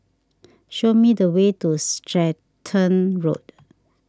show me the way to Stratton Road